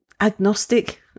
Agnostic